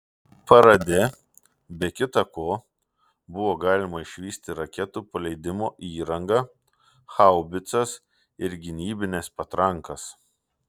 parade be kita ko buvo galima išvysti raketų paleidimo įrangą haubicas ir gynybines patrankas